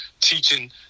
teaching